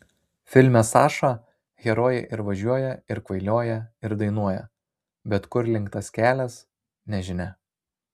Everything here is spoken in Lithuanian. filme saša herojai ir važiuoja ir kvailioja ir dainuoja bet kur link tas kelias nežinia